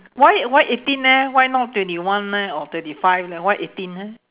why why eighteen leh why not twenty one leh or twenty five leh why eighteen leh